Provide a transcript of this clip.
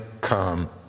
come